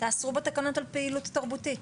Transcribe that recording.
תאסרו בתקנות על פעילות תרבותית.